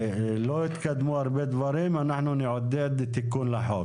שלא התקדמו הרבה דברים אנחנו נעודד תיקון לחוק.